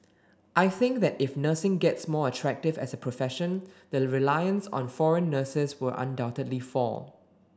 I think that if nursing gets more attractive as a profession the reliance on foreign nurses will undoubtedly fall